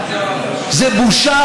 זה בושה,